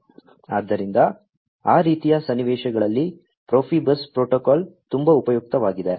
ಆದ್ದರಿಂದ ಆ ರೀತಿಯ ಸನ್ನಿವೇಶಗಳಲ್ಲಿ Profibus ಪ್ರೋಟೋಕಾಲ್ ತುಂಬಾ ಉಪಯುಕ್ತವಾಗಿದೆ